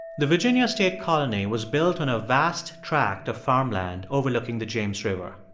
the virginia state colony was built on a vast tract of farmland overlooking the james river.